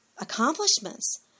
accomplishments